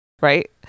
right